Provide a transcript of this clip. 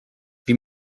wie